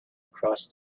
across